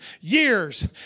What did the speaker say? years